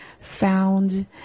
found